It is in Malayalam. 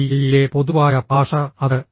യിലെ പൊതുവായ ഭാഷ അത് ജി